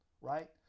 right